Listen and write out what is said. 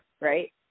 right